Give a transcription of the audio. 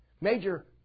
major